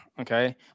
okay